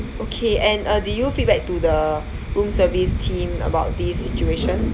okay and uh did you feedback to the room service team about this situation